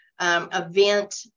event